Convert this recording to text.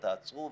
תעצרו,